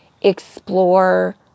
explore